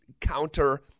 counter